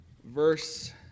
verse